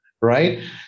right